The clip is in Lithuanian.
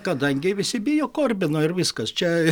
kadangi visi bijo korbino ir viskas čia